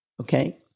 Okay